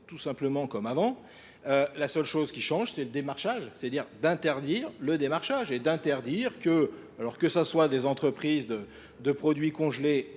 tout simplement comme avant. La seule chose qui change, c'est le démarchage. C'est-à-dire d'interdire le démarchage et d'interdire que, alors que ce soit des entreprises de produits congelés